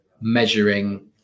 measuring